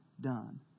done